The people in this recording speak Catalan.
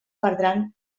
perdran